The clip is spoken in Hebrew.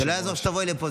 לא יעזור שתבואי לפה.